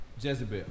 Jezebel